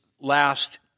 last